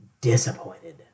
disappointed